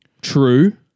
True